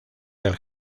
del